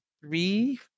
three